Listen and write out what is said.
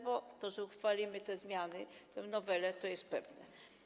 Bo to, że uchwalimy te zmiany, tę nowelę, to jest pewne.